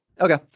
Okay